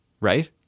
right